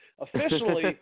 officially